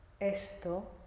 esto